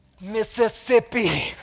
Mississippi